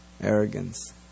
Arrogance